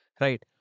Right